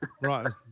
Right